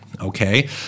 Okay